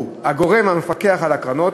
שהוא הגורם המפקח על הקרנות,